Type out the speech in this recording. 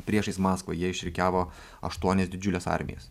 priešais maskvą jie išrikiavo aštuonias didžiules armijas